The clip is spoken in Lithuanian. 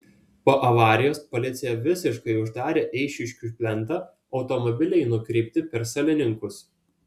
po avarijos policija visiškai uždarė eišiškių plentą automobiliai nukreipti per salininkus